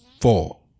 four